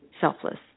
selfless